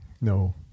No